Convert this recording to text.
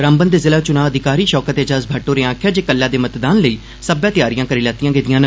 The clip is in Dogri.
रामबन दे जिला चुनां अधिकारी शौक एज़ाज बद्द होरें आक्खेआ जे कल्लै दे मतदान लै सब्बै तैयारियां करी लैतियां गेदियां न